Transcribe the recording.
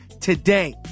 today